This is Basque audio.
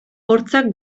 hortzak